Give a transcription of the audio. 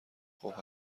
خوب